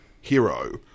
hero